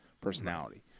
personality